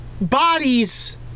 bodies